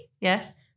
Yes